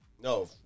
no